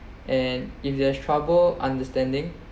and if they are trouble understanding